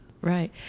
right